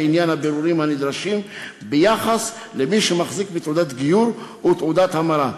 בעניין הבירורים הנדרשים ביחס למי שמחזיק בתעודת גיור ותעודת המרה.